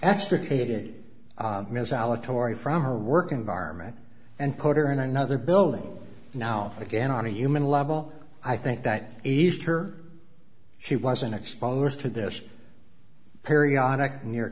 extricated ms allegory from her work environment and put her in another building now again on a human level i think that eased her she wasn't exposed to this periodic near